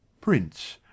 PRINCE